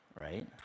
right